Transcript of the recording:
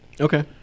Okay